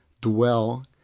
dwell